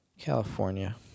California